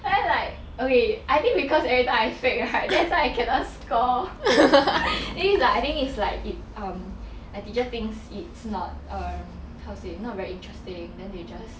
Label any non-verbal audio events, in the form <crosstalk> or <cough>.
then like okay I think because everytime I fake right that's why I cannot score <laughs> the thing is like I think is like it um my teacher thinks it's not um how to say um not very interesting then they just